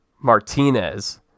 Martinez